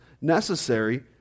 necessary